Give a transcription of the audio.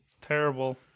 Terrible